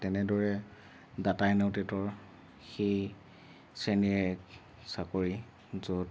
তেনেদৰে data annotator সেই শ্ৰেণীৰে এক চাকৰি য'ত